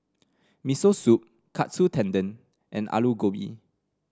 Miso Soup Katsu Tendon and Alu Gobi